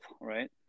right